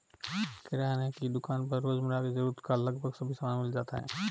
किराने की दुकान पर रोजमर्रा की जरूरत का लगभग सभी सामान मिल जाता है